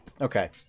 Okay